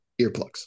earplugs